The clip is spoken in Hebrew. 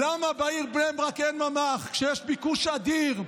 למה בעיר בני ברק אין ממ"ח כשיש ביקוש אדיר?